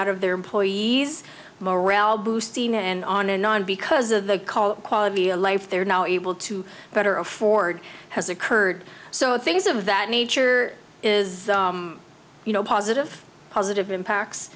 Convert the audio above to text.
out of their employees morale boosting and on and on because of the quality of life they're now able to better afford has occurred so things of that nature is you know positive positive impacts